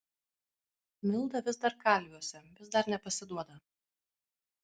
milda vis dar kalviuose vis dar nepasiduoda